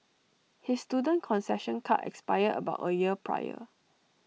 his student concession card expired about A year prior